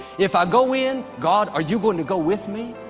if i go in god are you going to go with me?